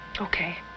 okay